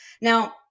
Now